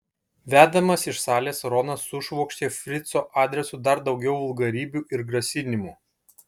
vedamas iš salės ronas sušvokštė frico adresu dar daugiau vulgarybių ir grasinimų